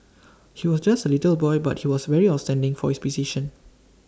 he was just A little boy but he was very outstanding for his precision